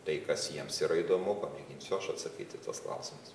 tai kas jiems yra įdomu pamėginsiu aš atsakyt į tuos klausimus